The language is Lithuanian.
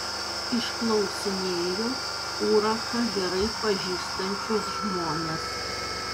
išklausinėjo urachą gerai pažįstančius žmones